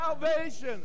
Salvation